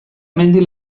mendi